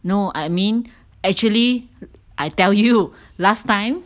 no I mean actually I tell you last time